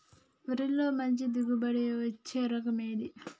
వరిలో మంచి దిగుబడి ఇచ్చే రకం ఏది?